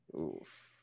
Oof